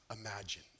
imagine